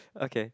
okay